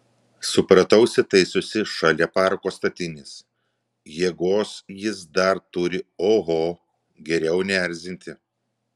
supratau įsitaisiusi šalia parako statinės jėgos jis dar turi oho geriau neerzinti